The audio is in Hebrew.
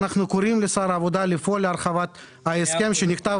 אנחנו קוראים לשר העבודה לפעול להרחבת ההסכם שנחתם